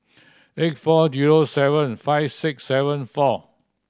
eight four zero seven five six seven four